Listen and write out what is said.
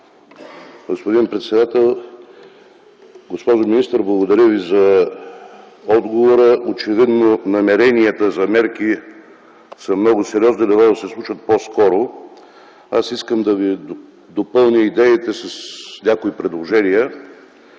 Господин председател! Госпожо министър, благодаря Ви за отговора. Очевидно намеренията за мерки са много сериозни, дано да се случат по-скоро. Искам да допълня идеите Ви с някои предложения.